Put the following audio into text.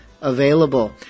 available